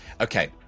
Okay